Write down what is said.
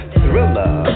thriller